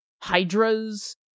Hydras